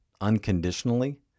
unconditionally